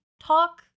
talk